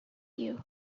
you